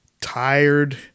tired